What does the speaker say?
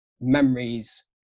memories